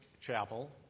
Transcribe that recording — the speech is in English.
Chapel